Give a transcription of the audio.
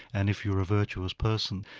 and if you're a virtuous person,